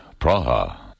Praha